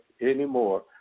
anymore